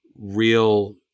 real